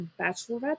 bachelorette